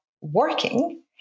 working